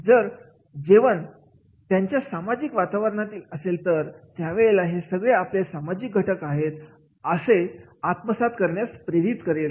जर जेवण त्यांच्या सामाजिक वातावरणातील असेल तर व्यक्तीला हे सगळे आपल्या समाजाचे घटक आहेत असे आत्मसात करण्यास प्रेरित करेल